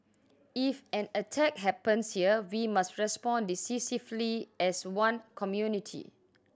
if an attack happens here we must respond decisively as one community